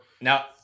now